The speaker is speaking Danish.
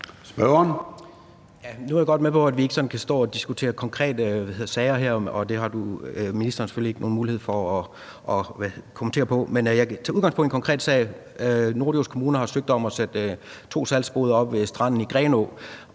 Nu er jeg godt med på, at vi ikke sådan kan stå og diskutere konkrete sager her; det har ministeren selvfølgelig ikke nogen mulighed for at kommentere på. Men jeg kan tage udgangspunkt i en konkret sag. Norddjurs Kommune har søgt om at sætte to salgsboder op ved stranden i Grenaa,